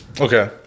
okay